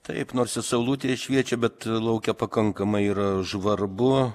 taip nors ir saulutė šviečia bet lauke pakankamai yra žvarbu